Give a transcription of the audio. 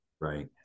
Right